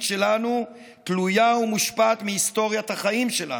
שלנו תלויה ומושפעת מהיסטוריית החיים שלנו,